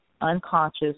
unconscious